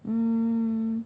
mm